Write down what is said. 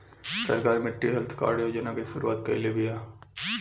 सरकार मिट्टी health card योजना के शुरूआत काइले बिआ